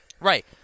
Right